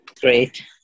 Great